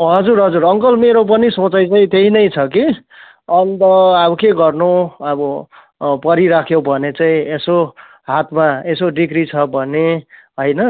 हजुर हजुर अङ्कल मेरो पनि सोचाईँ चाहिँ त्यही नै छ कि अन्त अब के गर्नु अब पढिराख्यो भने चाहिँ यसो हातमा यसो डिग्री छ भने होइन